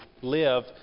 live